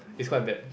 it's quite bad